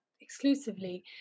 exclusively